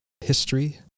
history